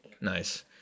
Nice